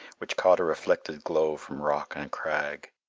which caught a reflected glow from rock and crag.